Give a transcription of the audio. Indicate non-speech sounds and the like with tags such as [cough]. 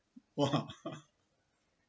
!wah! [laughs]